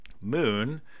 Moon